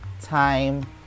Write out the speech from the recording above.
time